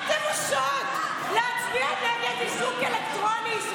מה אתן עושות, להצביע נגד איזוק אלקטרוני?